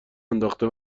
انداخته